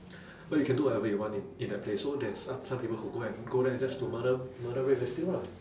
well you can do whatever you want in in that place so there's some some people who go and go there just to murder murder rape and steal lah